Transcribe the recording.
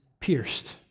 pierced